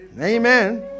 Amen